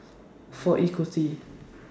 four Ekuty